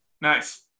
nice